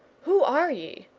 who are ye?